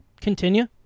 continue